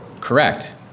Correct